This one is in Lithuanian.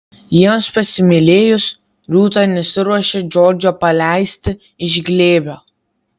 jiems pasimylėjus rūta nesiruošė džordžo paleisti iš glėbio